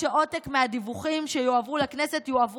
כשעותק מהדיווחים שיועברו לכנסת יועבר